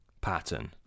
pattern